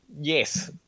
yes